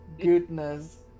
Goodness